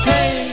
Hey